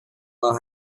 know